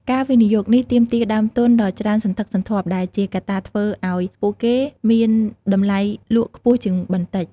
ការវិនិយោគនេះទាមទារដើមទុនដ៏ច្រើនសន្ធឹកសន្ធាប់ដែលជាកត្តាធ្វើឱ្យពួកគេមានតម្លៃលក់ខ្ពស់ជាងបន្តិច។